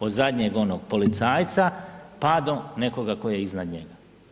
Od zadnjeg onog policajca, pa do nekoga tko je iznad njega.